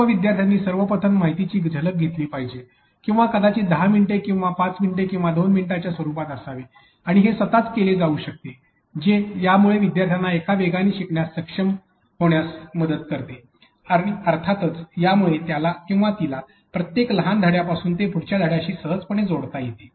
सर्व विद्यार्थ्यांनी सर्वप्रथम माहितीची झलक घेतली पाहिजे किंवा कदाचित १० मिनिटे किंवा ५ मिनिटे किंवा २ मिनिटांच्या स्वरूपात असावे आणि हे स्वतःच हे केले जाऊ शकते जे यामुळे शिकणार्याला एका वेगाने शिकण्यास सक्षम होण्यास मदत होते आणि अर्थातच यामुळे त्याला किंवा तिला प्रत्येक लहान धड्यापासून ते पुढच्या धड्याशी सहजपणे जोडता येते